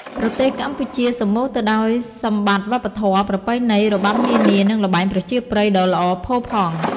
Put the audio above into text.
ប្រទេសកម្ពុជាសម្បូរទៅដោយសម្បត្តិវប្បធម៌ ប្រពៃណី របាំនានា និងល្បែងប្រជាប្រិយ ដ៏ល្អផូផង់។